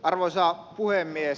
arvoisa puhemies